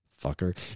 fucker